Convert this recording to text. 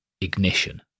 ignition